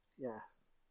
Yes